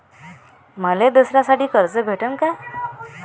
मले दसऱ्यासाठी कर्ज भेटन का?